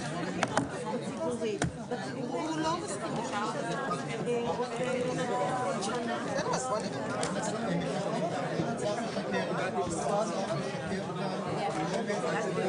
11:00.